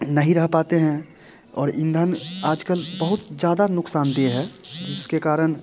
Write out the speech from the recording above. नहीं रह पाते हैं और ईंधन आज कल बहुत ज़्यादा नुक़सानदेह है जिसके कारण